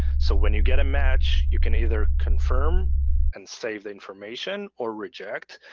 so when you get a match you can either confirm and save information or reject.